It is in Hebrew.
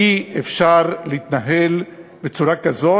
אי-אפשר להתנהל בצורה כזאת,